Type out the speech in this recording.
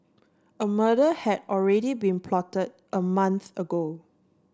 a murder had already been plotted a month ago